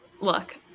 look